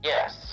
Yes